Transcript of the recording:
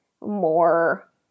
more